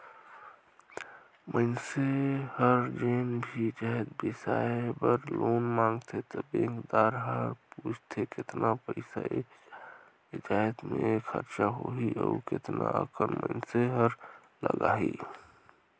मइनसे हर जेन भी जाएत बिसाए बर लोन मांगथे त बेंकदार हर पूछथे केतना पइसा ए जाएत में खरचा होही अउ केतना अकन मइनसे हर लगाही